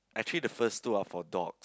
actually the first two are for dogs